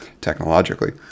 technologically